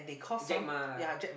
Jack-Ma lah